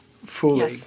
Fully